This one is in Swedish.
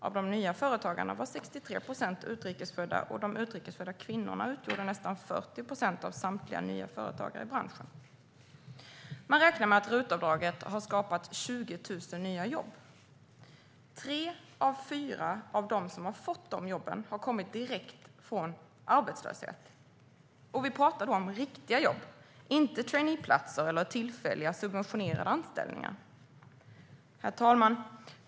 Av de nya företagarna var 63 procent utrikesfödda, och de utrikesfödda kvinnorna utgjorde nästan 40 procent av samtliga nya företagare i branschen. Man räknar med att RUT-avdraget har skapat 20 000 nya jobb. Tre av fyra av dem som fått de jobben har kommit direkt från arbetslöshet. Vi pratar då om riktiga jobb, inte traineeplatser eller tillfälliga subventionerade anställningar. Herr talman!